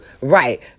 Right